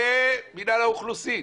זה מינהל האוכלוסין,